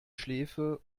schläfe